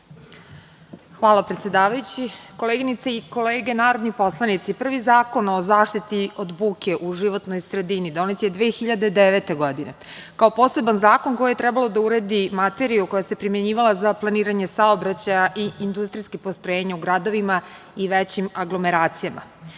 Hvala, predsedavajući. Koleginice i kolege narodni poslanici, prvi Zakon o zaštiti od buke u životnoj sredini donet je 2009. godine, kao poseban zakon koji je trebao da uredi materiju koja se primenjivala za planiranje saobraćaja i industrijskih postrojenja u gradovima i većim aglomeracijama.